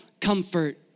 comfort